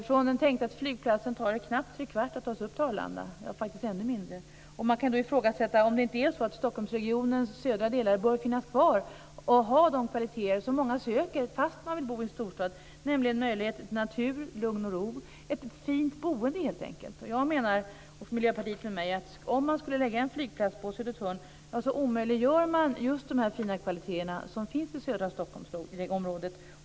Från den tänkta flygplatsen tar det knappt trekvart upp till Arlanda. Man kan fråga sig om Stockholmsregionens södra delar inte bör finnas kvar med de kvaliteter som många söker fast de vill bo i en storstad, nämligen natur, lugn och ro - helt enkelt ett fint boende. Jag och Miljöpartiet med mig menar att om man lägger en flygplats på Södertörn omöjliggör man just de fina kvaliteter som finns i södra Stockholmsområdet.